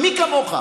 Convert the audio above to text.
ומי כמוך,